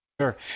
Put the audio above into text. Sure